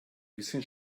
bisschen